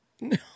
No